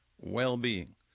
well-being